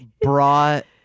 brought